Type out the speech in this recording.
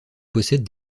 possèdent